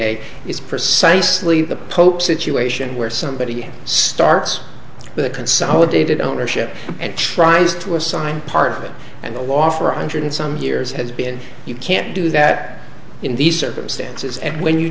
a is precisely the pope's situation where somebody starts the consolidated ownership and tries to assign part of it and the law for anjan some years has been you can't do that in these circumstances and when you